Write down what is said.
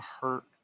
hurt